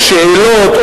או שאלות,